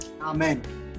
Amen